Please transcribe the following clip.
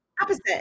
Opposite